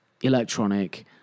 electronic